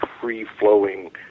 free-flowing